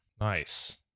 nice